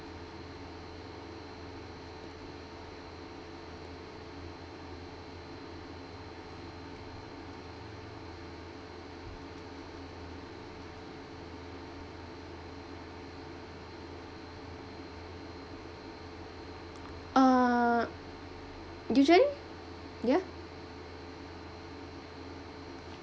err usually ya